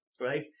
right